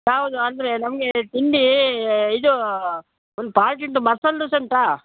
ಯಾವುದು ಅಂದರೆ ನಮಗೆ ತಿಂಡಿ ಇದು ಒಂದು ಪಾಕೀಟು ಮಸಾಲೆ ದೋಸೆ ಉಂಟಾ